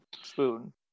spoon